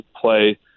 play